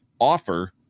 offer